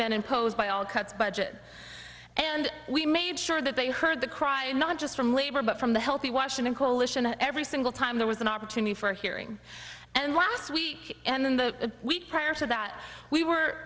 been imposed by all cuts budget and we made sure that they heard the cry and not just from labor but from the healthy washington coalition every single time there was an opportunity for hearing and last week and then the week prior to that we were